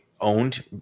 owned